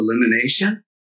elimination